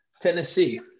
Tennessee